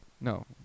No